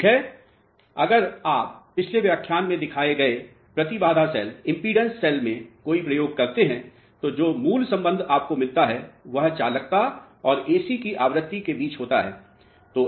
ठीक है अगर आप पिछले व्याख्यान में दिखाए गए प्रतिबाधा सेल में कोई प्रयोग करते हैं तो जो मूल संबंध आपको मिलता है वह चालकता और AC की आवृत्ति के बीच होता है